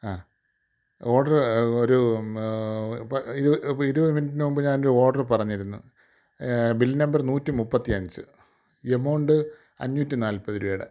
ആ ഓർഡർ ഒരു ഇപ്പോൾ ഇരുപത് ഇപ്പം ഇരുപത് മിനിറ്റിന് മുമ്പ് ഞാനൊരു ഓർഡർ പറഞ്ഞിരുന്നു ബിൽ നമ്പർ നൂറ്റി മുപ്പത്തിയഞ്ച് എമൗണ്ട് അഞ്ഞൂറ്റി നാൽപ്പത് രൂപയുടെ